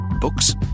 Books